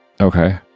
Okay